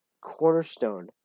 cornerstone